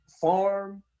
farm